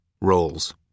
Roles